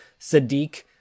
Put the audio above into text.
Sadiq